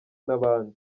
n’abandi